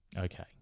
Okay